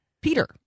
Peter